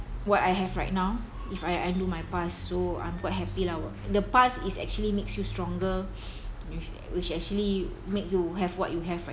what I have right now if I undo my past so I'm quite happy lah the past is actually makes you stronger w~ which actually make you have what you have right